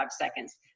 seconds